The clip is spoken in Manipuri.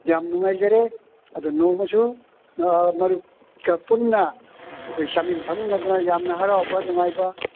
ꯌꯥꯝ ꯅꯨꯡꯉꯥꯏꯖꯔꯦ ꯑꯗꯨ ꯅꯣꯡꯃꯁꯨ ꯃꯔꯨꯞꯀ ꯄꯨꯟꯅ ꯑꯩꯈꯣꯏ ꯆꯥꯃꯤꯟ ꯊꯛꯃꯤꯟꯅꯗꯅ ꯌꯥꯝꯅ ꯍꯔꯥꯎꯕ ꯅꯨꯡꯉꯥꯏꯕ